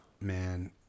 man